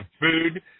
food